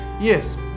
Yes